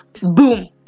boom